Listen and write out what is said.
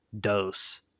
dose